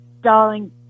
darling